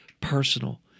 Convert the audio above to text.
personal